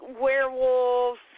werewolves